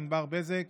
ענבר בזק,